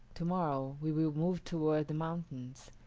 to-morrow we will move toward the mountains,